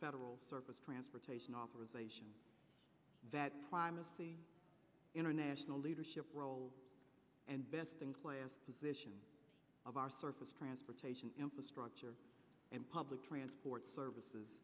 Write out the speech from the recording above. federal service transportation authorization that primacy international leadership role and best in class position of our surface transportation infrastructure and public transport services